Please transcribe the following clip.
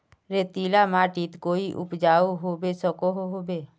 रेतीला माटित कोई उपजाऊ होबे सकोहो होबे?